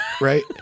Right